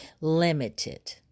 limited